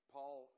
Paul